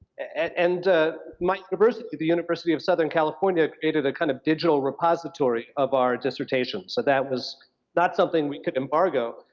and my university, the university of southern california created the kind of digital repository of our dissertations, so that was not something we could embargo,